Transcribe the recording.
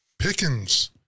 Pickens